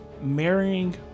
marrying